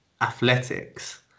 athletics